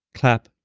clap,